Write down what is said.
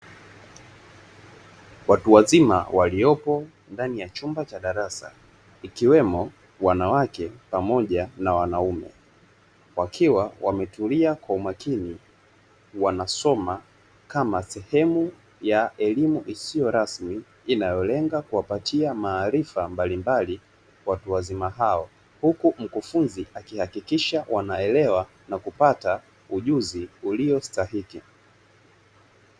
Watu wazima waliopo ndani ya chumba cha darasa ikiwemo wanawake pamoja na wanaume wakiwa wametulia kwa umakini wanasoma kama sehemu ya elimu isiyo rasmi, inayolenga kuwapatia maarifa mbalimbali watu wazima hao huku mkufunzi akihakikisha wanaelewa na kupata ujuzi ulio stahiki.